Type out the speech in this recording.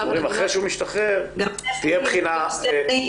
אחרי שהוא משתחרר, תהיה בחינה.